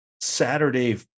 Saturday